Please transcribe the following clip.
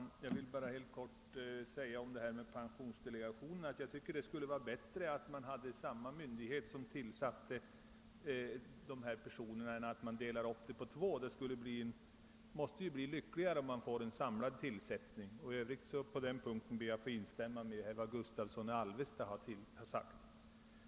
Herr talman! I fråga om pensionsdelegationerna vill jag helt kort säga att jag tycker att det skulle vara bättre att samma myndighet tillsatte dessa ledamöter i stället för att två myndigheter gör det. Det måste väl bli ett bättre resultat om man har en samlad tillsättning. I övrigt ber jag på denna punkt att få instämma i vad herr Gustavsson i Alvesta sagt.